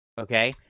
Okay